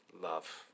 love